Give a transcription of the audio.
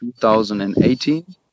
2018